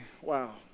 Wow